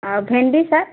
ଆଉ ଭେଣ୍ଡି ସାର୍